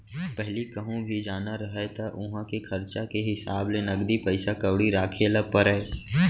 पहिली कहूँ भी जाना रहय त उहॉं के खरचा के हिसाब ले नगदी पइसा कउड़ी राखे ल परय